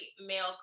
male